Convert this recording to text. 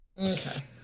Okay